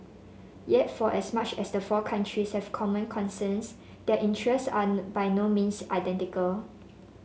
yet for as much as the four countries have common concerns their interests are by no means identical